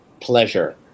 pleasure